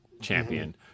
champion